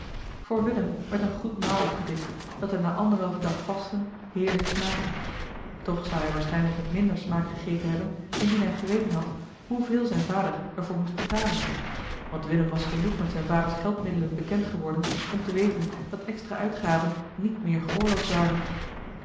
voor willem werd een goed maal opgedischt dat hem na anderhalven dag vasten heerlijk smaakte toch zou hij waarschijnlijk met minder smaak gegeten hebben indien hij geweten had hoeveel zijn vader er voor moest betalen want willem was genoeg met zijn vaders geldmiddelen bekend geworden om te weten dat extra uitgaven niet meer geoorloofd waren